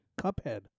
Cuphead